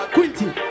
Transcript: Quinty